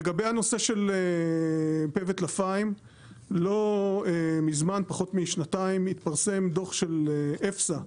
לגבי הנושא של פה וטלפיים לא מזמן פחות משנתיים התפרסם דוח של EFSA,